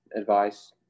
advice